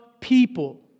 people